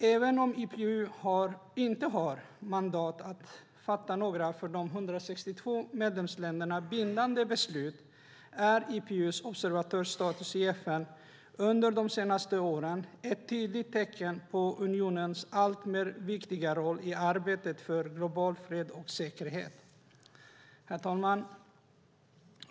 Även om IPU inte har mandat att fatta några för de 162 medlemsländerna bindande beslut är IPU:s observatörsstatus i FN ett tydligt tecken på unionens alltmer viktiga roll under de senaste åren i arbetet för global fred och säkerhet. Herr talman!